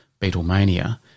Beatlemania